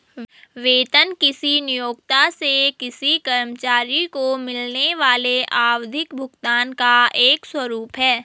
वेतन किसी नियोक्ता से किसी कर्मचारी को मिलने वाले आवधिक भुगतान का एक स्वरूप है